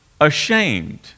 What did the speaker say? ashamed